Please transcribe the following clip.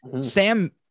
Sam